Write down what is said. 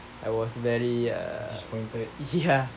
I was very ya